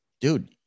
Dude